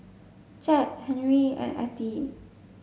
Jett Henri and Ettie